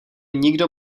nikdo